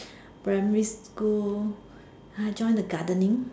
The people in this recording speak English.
primary school I joined the gardening